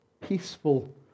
peaceful